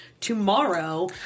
tomorrow